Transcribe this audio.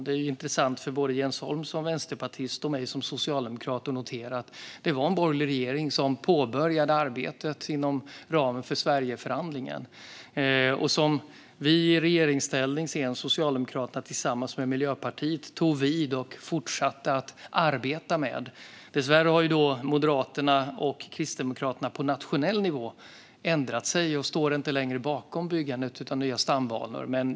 Det är intressant att notera både för Jens Holm som vänsterpartist och för mig som socialdemokrat att det var en borgerlig regering som påbörjade arbetet inom ramen för Sverigeförhandlingen. Sedan tog vi vid i regeringsställning - Socialdemokraterna tillsammans med Miljöpartiet - och fortsatte arbetet. Dessvärre har Moderaterna och Kristdemokraterna på nationell nivå ändrat sig och står inte längre bakom byggandet av nya stambanor.